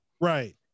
Right